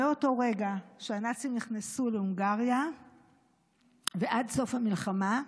מאותו רגע שהנאצים נכנסו להונגריה ועד סוף המלחמה,